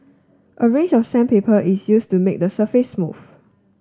a range of sandpaper is used to make the surface smooth